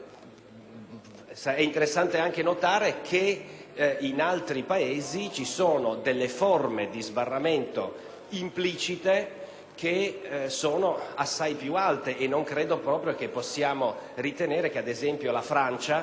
È interessante anche notare che in altri Paesi vi sono forme di sbarramento implicite assai più alte; e non credo proprio che possiamo ritenere che, ad esempio, la Francia